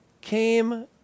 came